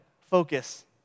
focus